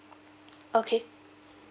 okay